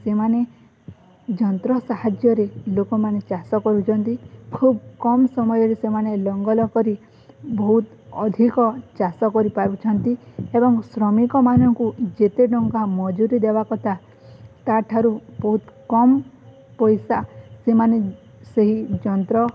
ସେମାନେ ଯନ୍ତ୍ର ସାହାଯ୍ୟରେ ଲୋକମାନେ ଚାଷ କରୁଛନ୍ତି ଖୁବ କମ ସମୟରେ ସେମାନେ ଲଙ୍ଗଳ କରି ବହୁତ ଅଧିକ ଚାଷ କରିପାରୁଛନ୍ତି ଏବଂ ଶ୍ରମିକମାନଙ୍କୁ ଯେତେ ଟଙ୍କା ମଜୁରି ଦେବା କଥା ତା'ଠାରୁ ବହୁତ କମ୍ ପଇସା ସେମାନେ ସେହି ଯନ୍ତ୍ର